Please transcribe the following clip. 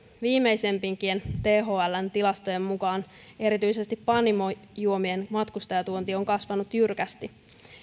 viimeisimpienkin thln tilastojen mukaan erityisesti panimojuomien matkustajatuonti on kasvanut jyrkästi